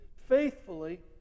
faithfully